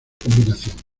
combinación